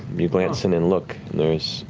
you glance in and look. there is,